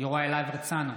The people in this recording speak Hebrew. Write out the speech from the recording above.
יוראי להב הרצנו,